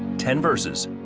ten verses,